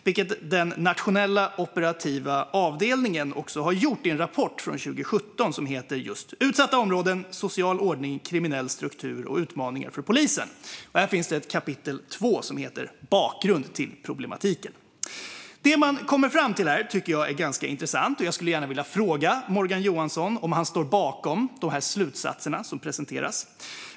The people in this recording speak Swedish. Det har Nationella operativa avdelningen också gjort i en rapport från 2017 som heter just Utsatta områden - Social ordning, kriminell struktur och utmaningar för polisen. Här finns ett kapitel 2 som heter "Bakgrund till problematiken". Det man kommer fram till tycker jag är ganska intressant. Jag skulle gärna vilja fråga Morgan Johansson om han står bakom de slutsatser som presenteras.